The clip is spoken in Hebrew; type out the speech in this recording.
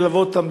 ללוות אותם,